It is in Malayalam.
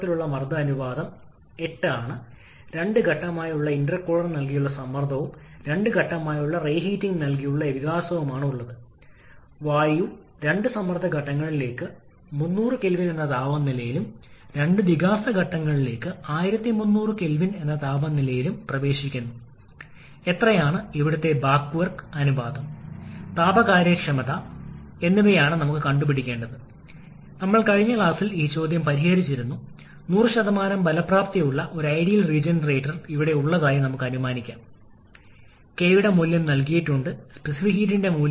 എന്നാൽ അതിനുമുമ്പ് നമ്മൾ കണക്കാക്കിയ കംപ്രസ്സറിന് ആവശ്യമായ വർക്ക് ഇൻപുട്ട് എന്താണെന്ന് നോക്കുക അത് എച്ച്പി ടർബൈൻ നൽകേണ്ടതുണ്ട് കാരണം വിപുലീകരണത്തിന്റെ രണ്ട് വ്യത്യസ്ത ഘട്ടങ്ങൾ ഉണ്ടായിരിക്കണമെന്ന മുഴുവൻ ആശയവും അതാണ് സമം അതിനാൽ 650 0 സിക്ക് തുല്യമായി നൽകിയിട്ടുള്ള ടി 3 നമുക്കറിയാം അത് കെൽവിനിലേക്ക് പരിവർത്തനം ചെയ്യണം ഞാൻ ഇവിടെ ചെയ്യുന്നില്ല പക്ഷേ ടി 3 യെ കേവല താപനിലയിലേക്ക് പരിവർത്തനം ചെയ്യുക